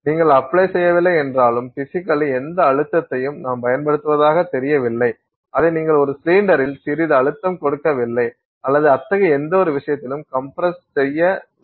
நீங்கள் அப்ளை செய்யவில்லை என்றாலும் பிசிகலி எந்த அழுத்தத்தையும் பயன்படுத்துவதாகத் தெரியவில்லை அதை நீங்கள் ஒரு சிலிண்டரில் சிறிது அழுத்தம் கொடுக்கவில்லை அல்லது அத்தகைய எந்தவொரு விஷயத்திலும் கம்ப்ரஸ் செய்யவில்லை